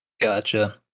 Gotcha